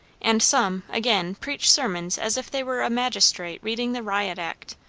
and some, again, preach sermons as if they were a magistrate reading the riot act,